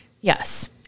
yes